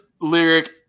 lyric